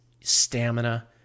stamina